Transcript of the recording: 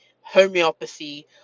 homeopathy